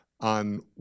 on